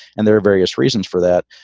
and there are various reasons for that.